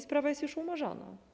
Sprawa jest już umarzana.